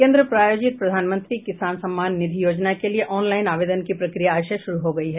केन्द्र प्रायोजित प्रधानमंत्री किसान सम्मान निधि योजना के लिए ऑनलाईन आवेदन की प्रक्रिया आज से शुरू हो गयी है